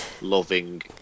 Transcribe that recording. loving